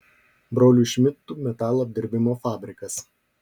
brolių šmidtų metalo apdirbimo fabrikas